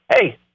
hey